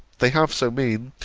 they have so mean,